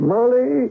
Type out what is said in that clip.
Molly